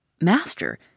Master